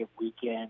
weekend